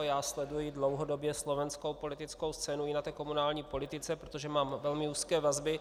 Já sleduji dlouhodobě slovenskou politickou scénu i na té komunální politice, protože mám velmi úzké vazby.